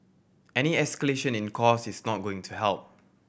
any escalation in costs is not going to help